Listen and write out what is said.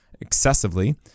excessively